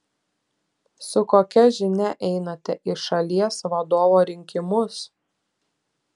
su kokia žinia einate į šalies vadovo rinkimus